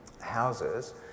houses